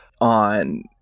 on